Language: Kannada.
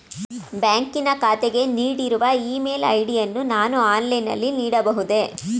ಬ್ಯಾಂಕಿನ ಖಾತೆಗೆ ನೀಡಿರುವ ಇ ಮೇಲ್ ಐ.ಡಿ ಯನ್ನು ನಾನು ಆನ್ಲೈನ್ ನಲ್ಲಿ ನೀಡಬಹುದೇ?